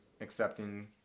accepting